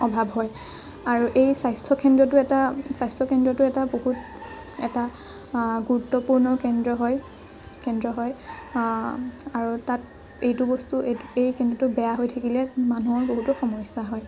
অভাৱ হয় আৰু এই স্বাস্থ্যখণ্ডটো এটা স্বাস্থ্যকেন্দ্ৰটো এটা বহুত এটা গুৰুত্বপূৰ্ণ কেন্দ্ৰ হয় কেন্দ্ৰ হয় আৰু তাত এইটো বস্তু এই এই কেন্দ্ৰটো বেয়া হৈ থাকিলে মানুহৰ বহুতো সমস্যা হয়